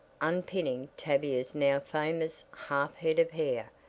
unpinning tavia's now famous half head of hair,